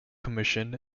commission